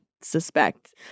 suspect